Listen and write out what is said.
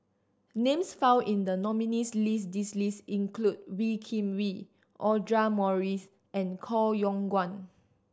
names found in the nominees' list this list include Wee Kim Wee Audra Morrice and Koh Yong Guan